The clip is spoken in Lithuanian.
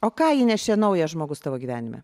o ką įnešė naujas žmogus tavo gyvenime